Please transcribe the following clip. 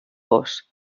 vós